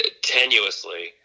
Tenuously